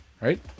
right